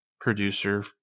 producer